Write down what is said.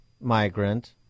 migrant